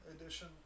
edition